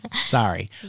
sorry